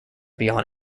beyond